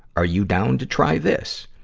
are you down to try this?